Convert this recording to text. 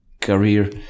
career